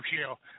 shell